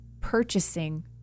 purchasing